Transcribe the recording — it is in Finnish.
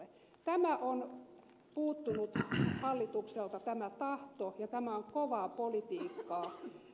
tämä tahto on puuttunut hallitukselta ja tämä on kovaa politiikkaa